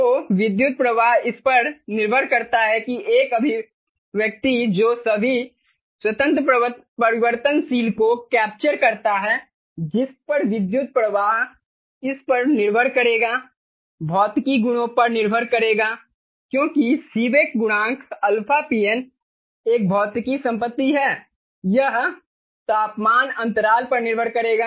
तो विद्युत प्रवाह इस पर निर्भर करता है कि एक अभिव्यक्ति है जो सभी स्वतंत्र परिवर्तनशील को कैप्चर करता है जिस पर विद्युत प्रवाह इस पर निर्भर करेगा भौतिक गुणों पर निर्भर करेगा क्योंकि सीबेक गुणांक αPN एक भौतिक संपत्ति है यह तापमान अंतराल पर निर्भर करेगा